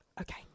Okay